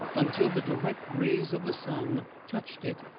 until the direct rays of the sun touched it,